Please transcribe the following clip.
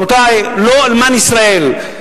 רבותי, לא אלמן ישראל.